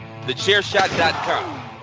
Thechairshot.com